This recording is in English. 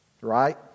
right